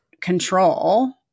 control